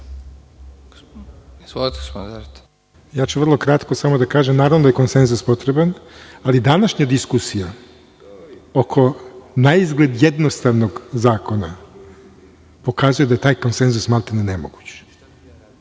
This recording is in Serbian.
Ja ću vrlo kratko samo da kažem. Naravno da je konsenzus potreban, ali današnja diskusija oko naizgled jednostavnog zakona, pokazuje da je taj konsenzus maltene nemoguć.